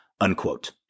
unquote